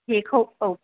जेखौ औ